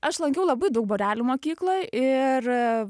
aš lankiau labai daug būrelių mokykloj ir